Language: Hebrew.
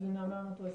אז נעמה מטרסו,